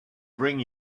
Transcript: bring